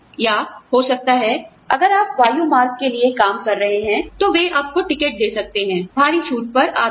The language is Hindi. या हो सकता है अगर आप वायु मार्ग के लिए काम कर रहे हैं तो वे आपको टिकट दे सकते हैं आप जानते हैं भारी छूट पर आदि